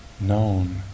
known